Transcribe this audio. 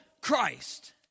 Christ